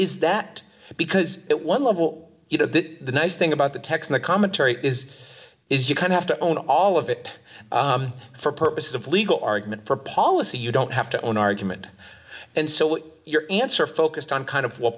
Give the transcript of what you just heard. is that because it one level you know that the nice thing about the text the commentary is is you can have to own all of it for purposes of legal argument for policy you don't have to own argument and so what your answer focused on kind of what